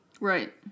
Right